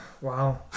Wow